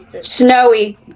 Snowy